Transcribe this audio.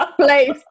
place